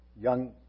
young